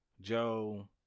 Joe